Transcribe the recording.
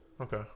Okay